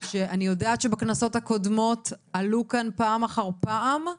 שאני יודעת שבכנסות הקודמות עלו כאן פעם אחר פעם,